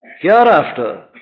Hereafter